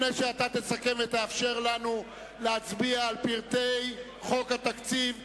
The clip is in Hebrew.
לפני שאתה תסכם ותאפשר לנו להצביע על פרטי חוק התקציב,